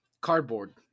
cardboard